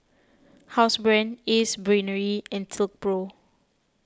Housebrand Ace Brainery and Silkpro